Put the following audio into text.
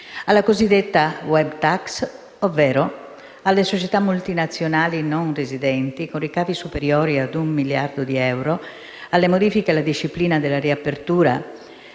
alla cosiddetta *web tax*, ovvero alle società multinazionali non residenti con ricavi superiori ad un miliardo di euro, alle modifiche alla disciplina della riapertura